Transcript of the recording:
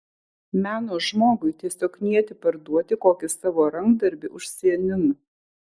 meno žmogui tiesiog knieti parduoti kokį savo rankdarbį užsienin